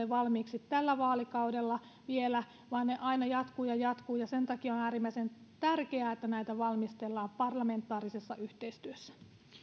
valmiiksi tällä vaalikaudella vielä vaan ne aina jatkuvat ja jatkuvat ja sen takia on äärimmäisen tärkeää että näitä valmistellaan parlamentaarisessa yhteistyössä no